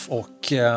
och